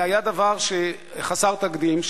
זה היה דבר חסר תקדים,